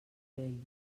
vell